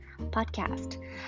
podcast